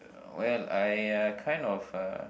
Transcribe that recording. well I uh kind of uh